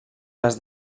les